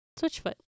Switchfoot